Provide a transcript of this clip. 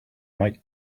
might